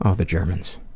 ah the germans.